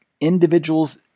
Individuals